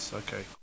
okay